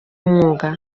mwuga